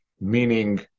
meaning